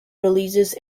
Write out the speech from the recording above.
releases